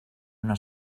una